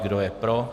Kdo je pro?